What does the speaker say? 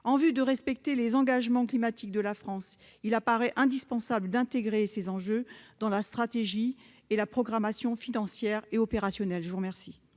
En vue du respect de ses engagements climatiques par la France, il apparaît indispensable d'intégrer ces enjeux dans la stratégie et la programmation financière et opérationnelle.